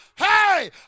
Hey